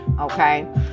okay